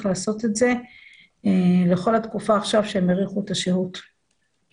לעשות את זה לכל התקופה עכשיו שהם האריכו את השהות בארץ,